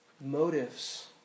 motives